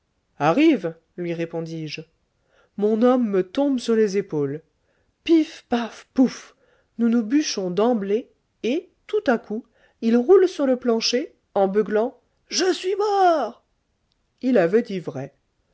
arrive lui répondis-je mon homme me tombe sur les épaules pif paf pouf nous nous bûchons d'emblée et tout à coup il roule sur le plancher en beuglant je suis mort il avait dit vrai